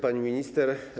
Pani Minister!